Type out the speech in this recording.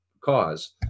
cause